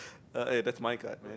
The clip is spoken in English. uh eh that's my card man